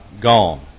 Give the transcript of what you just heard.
Gone